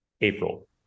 april